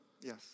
yes